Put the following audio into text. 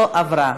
לא נתקבלה.